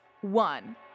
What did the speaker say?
One